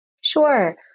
Sure